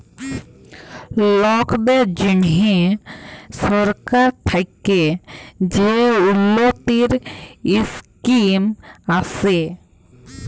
লকদের জ্যনহে সরকার থ্যাকে যে উল্ল্যতির ইসকিম আসে